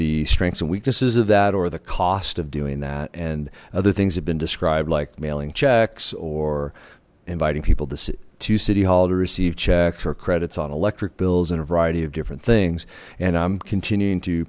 the strengths and weaknesses of that or the cost of doing that and other things have been described like mailing checks or inviting people to to city hall to receive checks or credits on electric bills and a variety of different things and i'm continuing to